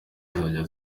zizajya